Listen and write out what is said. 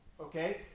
okay